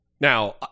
now